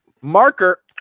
Marker